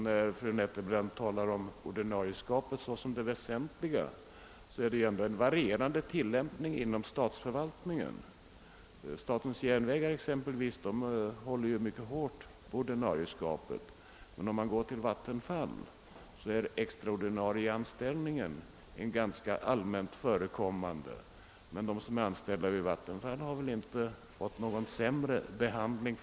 När fru Nettelbrandt talar om ordinarieskapet som det väsentliga vill jag framhålla att tillämpningen varierar inom statsförvaltningen. Statens järnvägar t.ex. håller mycket hårt på ordinarieskapet, medan hos Vattenfall extra ordinarie anställning är ganska allmänt förekommande; men de anställda vid Vattenfall har fördenskull inte fått någon sämre behandling.